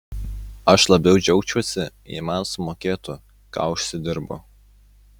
aš labiau džiaugčiausi jei man sumokėtų ką užsidirbu